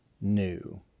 new